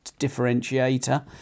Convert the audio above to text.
differentiator